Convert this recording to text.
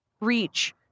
reach